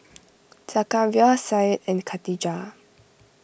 Zakaria Syed and Katijah